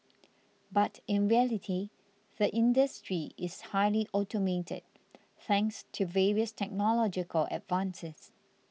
but in reality the industry is highly automated thanks to various technological advances